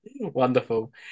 wonderful